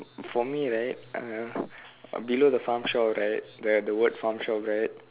for me right uh below the farm shop right they have the word farm shop right